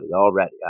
already